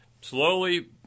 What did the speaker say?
slowly